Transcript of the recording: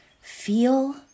Feel